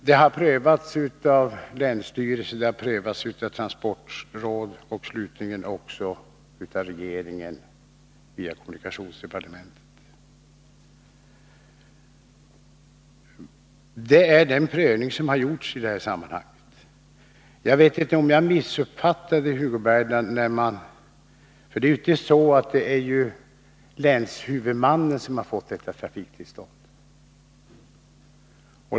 Det har prövats av länsstyrelsen, transportrådet och slutligen också av regeringen via kommunikationsdepartementet. Det är den prövningen som har gjorts i det här sammanhanget. Jag vet inte om jag missuppfattade Hugo Bergdahl, men det är inte så att länshuvudmannen har fått detta trafiktillstånd.